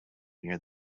near